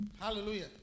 Hallelujah